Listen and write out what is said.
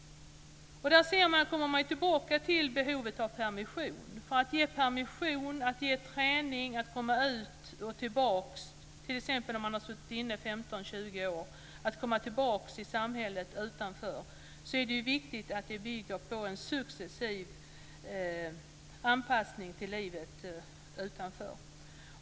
Då kommer man tillbaka till behovet av permission för att de intagna ska få komma ut och träna när de ska tillbaka till samhället utanför efter att de har suttit inne 15-20 år. Det är viktigt att detta bygger på en successiv anpassning till livet utanför.